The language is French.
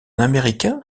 américain